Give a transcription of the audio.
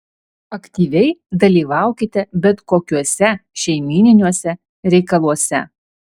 aktyviai dalyvaukite bet kokiuose šeimyniniuose reikaluose